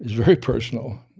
very personal